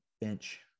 bench